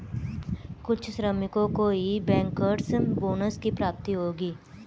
कुछ श्रमिकों को ही बैंकर्स बोनस की प्राप्ति होगी